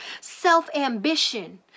self-ambition